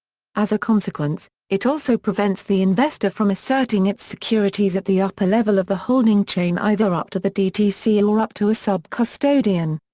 as a consequence, it also prevents the investor from asserting its securities at the upper level of the holding chain, either up to the dtc or up to a sub-custodian.